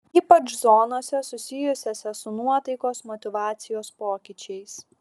ypač zonose susijusiose su nuotaikos motyvacijos pokyčiais